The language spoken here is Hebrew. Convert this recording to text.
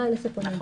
לא אלה שפונים.